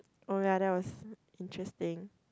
oh ya that was interesting